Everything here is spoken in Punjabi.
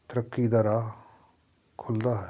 ਤਰੱਕੀ ਦਾ ਰਾਹ ਖੁੱਲ੍ਹਦਾ ਹੈ